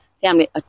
family